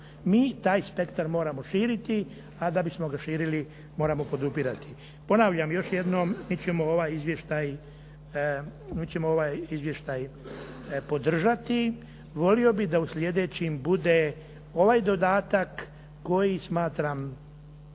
Mi taj spektar moramo širiti, a da bismo ga širili moramo podupirati. Ponavljam još jednom mi ćemo ovaj izvještaj podržati, volio bih da u slijedećim bude ovaj dodatak koji smatram